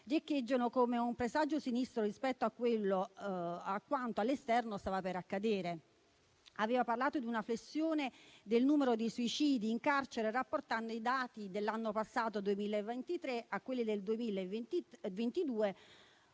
riecheggiano come un presagio sinistro rispetto a quanto all'esterno stava per accadere. Lei aveva parlato di una flessione del numero di suicidi in carcere, rapportando i dati del 2023 a quelli del 2022.